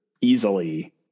easily